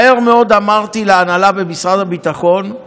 מהר מאוד אמרתי להנהלה במשרד הביטחון,